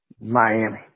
Miami